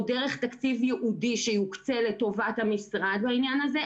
דרך תקציב ייעודי שיוקצה לטובת המשרד בעניין הזה,